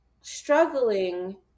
struggling